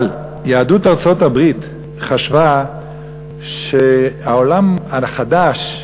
אבל יהדות ארצות-הברית חשבה שהעולם החדש,